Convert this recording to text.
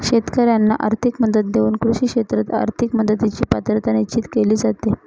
शेतकाऱ्यांना आर्थिक मदत देऊन कृषी क्षेत्रात आर्थिक मदतीची पात्रता निश्चित केली जाते